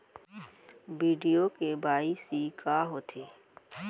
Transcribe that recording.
video KYC का होथे